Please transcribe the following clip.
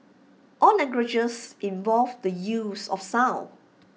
all languages involve the use of sound